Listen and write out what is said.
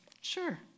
sure